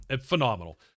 phenomenal